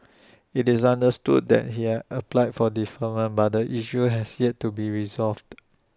IT is understood that he has applied for deferment but the issue has yet to be resolved